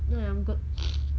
no eh I'm good